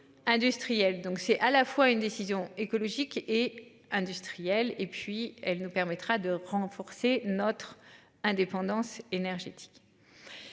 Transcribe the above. Donc c'est à la fois une décision écologique et industriel et puis elle nous permettra de renforcer notre indépendance énergétique.